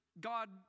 God